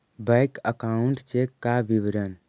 Bank account check का विवरण?